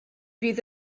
fydd